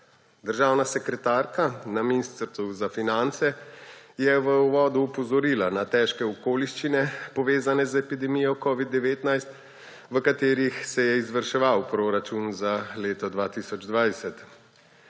Državna sekretarka na Ministrstvu za finance je v uvodu opozorila na težke okoliščine, povezane z epidemijo covida-19, v katerih se je izvrševal proračun za leto 2020.